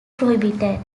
prohibited